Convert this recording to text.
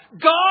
God